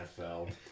NFL